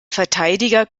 verteidiger